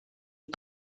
die